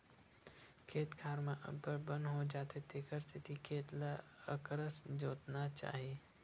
खेत खार म अब्बड़ बन हो जाथे तेखर सेती खेत ल अकरस जोतना चाही